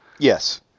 Yes